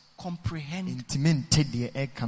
comprehend